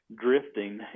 drifting